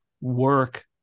work